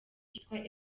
cyitwa